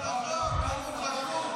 אנחנו מדברים על החוק.